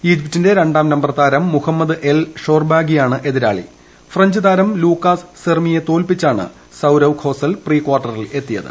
ഈജിപ്തിന്റെ രണ്ട്ടും ്നമ്പർ താരം മുഹമ്മദ് എൽ ഷോർബാഗിയാണ് എതിരാളി ക്യൂഞ്ച് താരം ലൂക്കാസ് സെർമിയെ തോൽപ്പിച്ചാണ് സൌരവ് ബ്ലോസ്റൽ പ്രീ കാർട്ടറിൽ എത്തിയത്